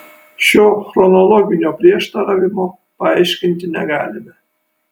šio chronologinio prieštaravimo paaiškinti negalime